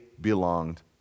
belonged